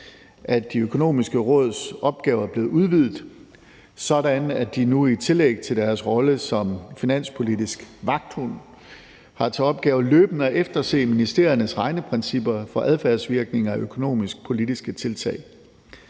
at Det Økonomiske Råds opgaver er blevet udvidet, sådan at de nu i tillæg til deres rolle som finanspolitisk vagthund har til opgave løbende at efterse ministeriernes regneprincipper for adfærdsvirkninger af økonomisk-politiske tiltag.